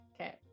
Okay